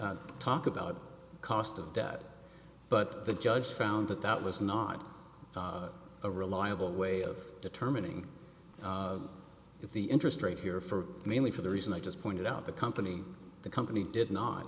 d talk about cost of debt but the judge found that that was not a reliable way of determining if the interest rate here for mainly for the reason i just pointed out the company the company did not